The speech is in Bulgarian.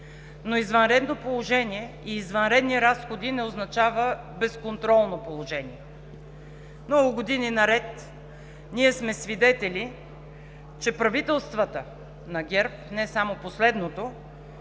Но извънредно положение и извънредни разходи не означава безконтролно положение. Много години наред ние сме свидетели, че правителствата на ГЕРБ, не само последното,